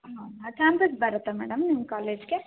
ಹಾಂ ಕ್ಯಾಂಪಸ್ ಬರುತ್ತಾ ಮೇಡಮ್ ನಿಮ್ಮ ಕಾಲೇಜಿಗೆ